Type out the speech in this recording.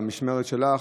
במשמרת שלך.